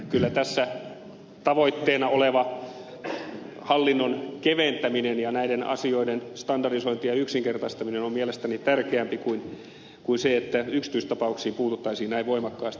kyllä tässä tavoitteena oleva hallinnon keventäminen ja näiden asioiden standardisointi ja yksinkertaistaminen ovat mielestäni tärkeämpiä kuin se että yksityistapauksiin puututtaisiin näin voimakkaasti